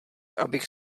abych